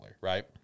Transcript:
right